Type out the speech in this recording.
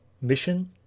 mission